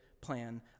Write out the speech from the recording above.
plan